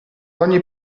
ogni